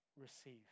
receive